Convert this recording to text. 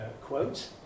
quote